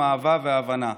האהבה וההבנה,